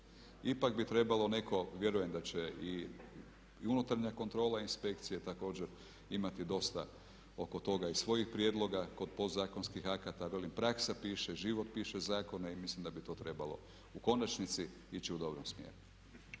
ipak bi trebalo neko, vjerujem da će i unutarnja kontrola inspekcije također imati dosta oko toga i svojih prijedloga kod podzakonskih akata. Velim praksa piše, život piše zakone i mislim da bi to trebalo u konačnici ići u dobrom smjeru.